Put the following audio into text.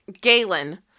Galen